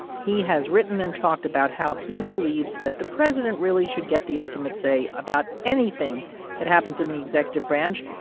he has written and talked about how he believes that the president really should get the ultimate say about anything that happens in the executive branch.